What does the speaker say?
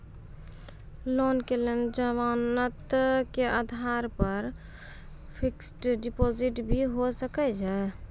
Loan के लेल जमानत के आधार पर फिक्स्ड डिपोजिट भी होय सके छै?